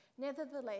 Nevertheless